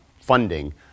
funding